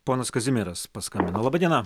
ponas kazimieras paskambino laba diena